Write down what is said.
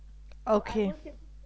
okay